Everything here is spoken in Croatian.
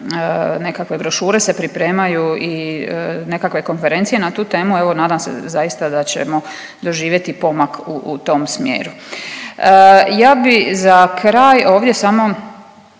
nekakve brošure se pripremaju i nekakve konferencije na tu temu, evo nadam se zaista da ćemo doživjeti pomak u tom smjeru. Ja bih za kraj ovdje samo